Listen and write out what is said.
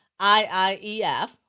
IIEF